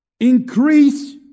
Increase